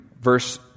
verse